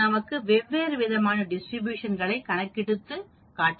அது நமக்கு வெவ்வேறு விதமான டிஸ்ட்ரிபியூஷன் களை கணக்கிடுவது காட்டும்